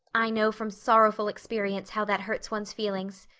i know from sorrowful experience how that hurts one's feelings.